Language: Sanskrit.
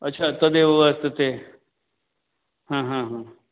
अच्छा तदेव वर्तते हा हा हा